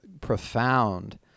profound